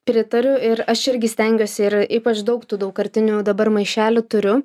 pritariu ir aš irgi stengiuosi ir ypač daug tų daugkartinių dabar maišelių turiu